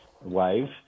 wave